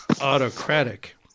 autocratic